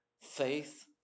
faith